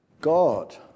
God